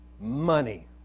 Money